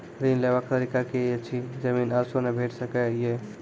ऋण लेवाक तरीका की ऐछि? जमीन आ स्वर्ण ऋण भेट सकै ये?